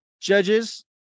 Judges